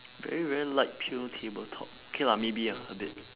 very very light pale tabletop okay lah maybe ah a bit